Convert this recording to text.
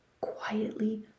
quietly